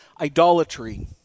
idolatry